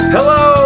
Hello